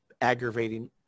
aggravating